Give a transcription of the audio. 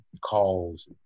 calls